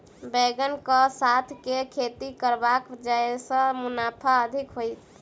बैंगन कऽ साथ केँ खेती करब जयसँ मुनाफा अधिक हेतइ?